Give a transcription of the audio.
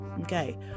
Okay